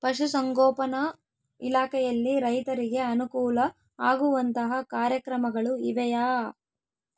ಪಶುಸಂಗೋಪನಾ ಇಲಾಖೆಯಲ್ಲಿ ರೈತರಿಗೆ ಅನುಕೂಲ ಆಗುವಂತಹ ಕಾರ್ಯಕ್ರಮಗಳು ಇವೆಯಾ?